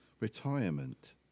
retirement